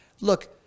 Look